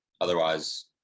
otherwise